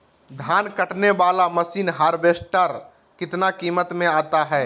धान कटने बाला मसीन हार्बेस्टार कितना किमत में आता है?